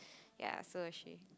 ya so was she